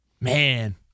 Man